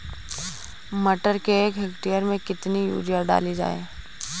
मटर के एक हेक्टेयर में कितनी यूरिया डाली जाए?